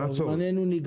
אבל זמננו נגמר.